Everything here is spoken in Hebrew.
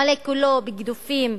המלא כולו בגידופים,